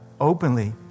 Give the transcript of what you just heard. openly